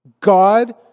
God